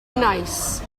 neis